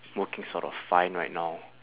working sort of fine right now